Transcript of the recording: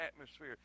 atmosphere